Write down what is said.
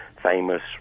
famous